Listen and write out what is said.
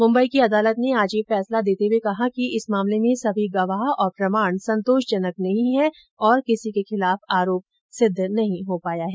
मुम्बई की अदालत ने आज ये फैसला देते हुए कहा कि इस मामले में सभी गवाह और प्रमाण संतोषजनक नहीं है और किसी के खिलाफ आरोप सिद्ध नहीं हो पाया है